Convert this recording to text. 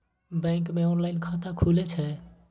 Bank मे online खाता खुले छै?